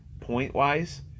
point-wise